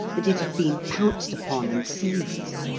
that it had been pounced upon and seized.